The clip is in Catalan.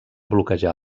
bloquejar